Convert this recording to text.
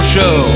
Show